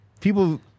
people